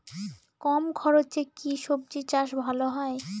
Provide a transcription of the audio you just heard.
কম খরচে কি সবজি চাষ ভালো হয়?